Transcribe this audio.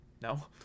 no